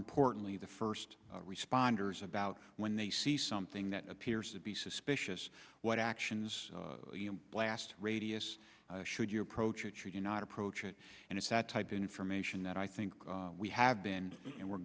importantly the first responders about when they see something that appears to be suspicious what actions blast radius should you approach it you cannot approach it and it's that type of information that i think we have been and we're